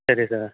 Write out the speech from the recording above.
சரி சார்